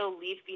leave